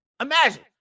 Imagine